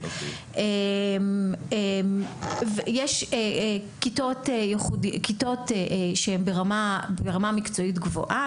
יש כיתות שהן ברמה מקצועית גבוהה.